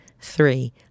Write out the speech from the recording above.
three